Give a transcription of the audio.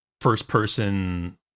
first-person